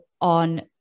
on